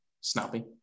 snappy